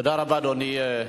תודה רבה, אדוני.